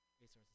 Resources